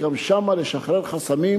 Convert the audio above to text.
מקימים ועדות חקירה,